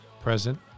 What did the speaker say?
present